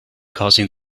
causing